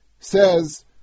says